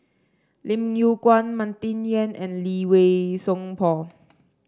Lim Yew Kuan Martin Yan and Lee Wei Song Paul